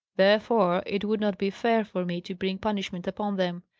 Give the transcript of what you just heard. therefore it would not be fair for me to bring punishment upon them.